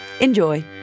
Enjoy